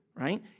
right